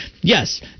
Yes